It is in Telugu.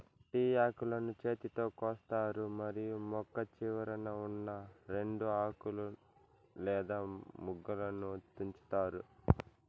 టీ ఆకులను చేతితో కోస్తారు మరియు మొక్క చివరన ఉన్నా రెండు ఆకులు లేదా మొగ్గలను తుంచుతారు